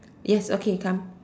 yes okay come